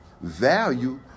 value